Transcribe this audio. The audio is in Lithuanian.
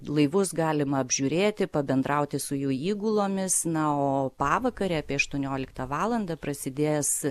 laivus galima apžiūrėti pabendrauti su jų įgulomis na o pavakarę apie aštuonioliktą valandą prasidės